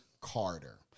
Carter